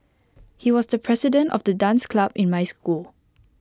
he was the president of the dance club in my school